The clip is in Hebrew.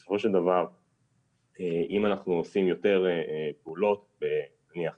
בסופו של דבר אם אנחנו עושים יותר פעולות נניח